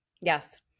Yes